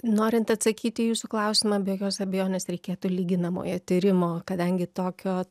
norint atsakyti į jūsų klausimą be jokios abejonės reikėtų lyginamojo tyrimo kadangi tokio